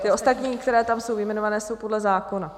Ty ostatní, které tam jsou vyjmenovány, jsou podle zákona.